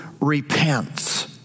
repents